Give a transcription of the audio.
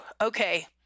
okay